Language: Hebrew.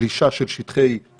גלישה של שטחי בנייה החוצה,